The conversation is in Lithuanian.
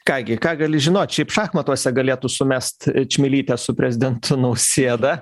ką gi ką gali žinot šiaip šachmatuose galėtų sumest čmilytė su prezidentu nausėda